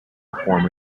former